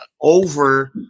over